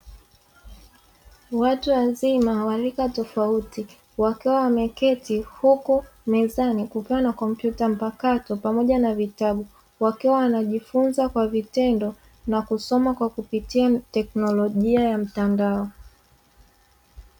Watu wazima wa rika tofauti wakiwa wameketi huku mezani kukiwa na kompyuta mpakato pamoja na vitabu, wakiwa wanajifunza kwa vitendo na kusoma kwa kupitia teknolojia ya mtandao.